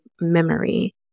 memory